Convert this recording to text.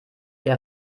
der